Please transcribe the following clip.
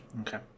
Okay